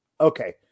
Okay